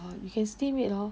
ah you can steam it lor